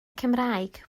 cymraeg